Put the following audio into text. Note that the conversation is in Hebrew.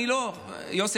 יוסי,